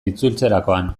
itzultzerakoan